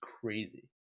crazy